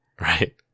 Right